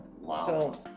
wow